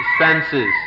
senses